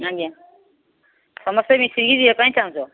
ଆଜ୍ଞା ସମସ୍ତେ ମିଶିକି ଯିବା ପାଇଁ ଚାହୁଁଛ